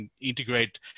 integrate